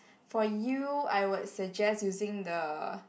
for you I would suggest using the